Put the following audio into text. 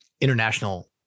international